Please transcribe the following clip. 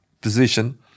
position